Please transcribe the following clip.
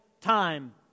time